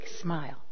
smile